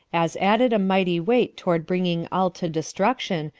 as added a mighty weight toward bringing all to destruction,